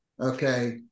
okay